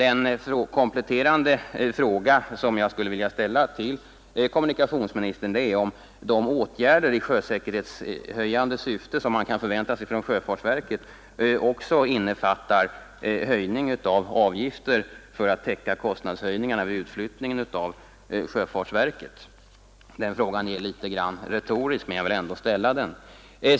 En kompletterande fråga som jag vill ställa till kommunikationsministern är om de i svaret antydda åtgärder i sjösäkerhetshöjande syfte som kan förväntas från sjöfartsverket också innefattar höjning av avgifter för att täcka kostnadshöjningarna vid utflyttningen till Norrköping av sjöfartsverket. Den frågan är litet retorisk, men jag vill ändå ställa den.